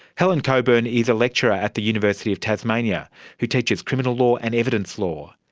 helen cockburn is a lecturer at the university of tasmania who teaches criminal law and evidence law.